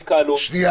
ההתקהלות.